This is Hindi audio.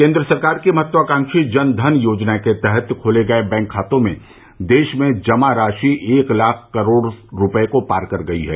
केन्द्र सरकार की महत्वाकांक्षी जन धन योजना के तहत खोले गये बैंक खातों में देश में जमा राशि एक लाख करोड़ रूपये को पार कर गयी है